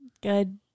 good